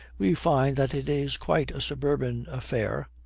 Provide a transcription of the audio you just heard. we find that it is quite a suburban affair,